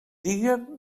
diguen